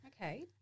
Okay